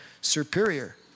superior